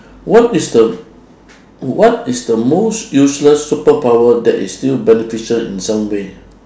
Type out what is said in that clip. what is the what is the most useless superpower that is still beneficial in some way